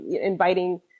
inviting